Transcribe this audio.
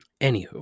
Anywho